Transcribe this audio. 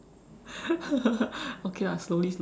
okay lah slowly slowly